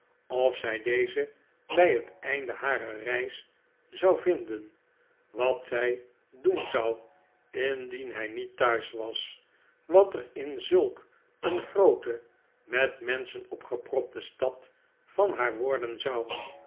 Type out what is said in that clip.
of zij dezen bij het einde barer reis zou vinden wat zij doen zou indien hij niet thuis was wat er in zulk een groote met menschenopgeproptestad van haar worden zou